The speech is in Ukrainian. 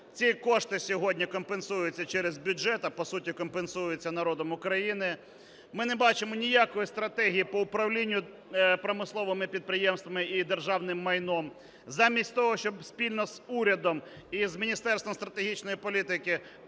Ці кошти сьогодні компенсуються через бюджет, а по суті компенсуються народом України. Ми не бачимо ніякої стратегії по управлінню промисловими підприємствами і державним майном. Замість того, щоб спільно з урядом і з Міністерством стратегічної політики